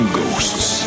ghosts